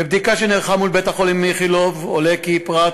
מבדיקה שנערכה מול בית-החולים איכילוב עולה כי פרט